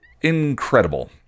incredible